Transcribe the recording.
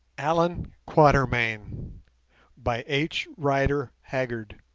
allan quatermain by h. rider haggard